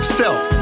self